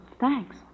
thanks